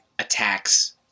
attacks